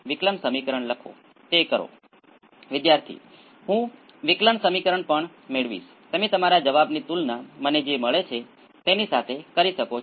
625 છે તમે આગળ અંત શુધી જઈ શકો છો